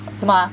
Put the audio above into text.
是吗 ma